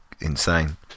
insane